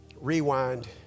rewind